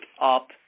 up